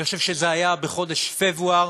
אני חושב שזה היה בחודש פברואר,